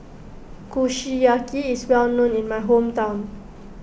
Kushiyaki is well known in my hometown